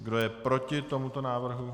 Kdo je proti tomuto návrhu?